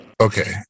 okay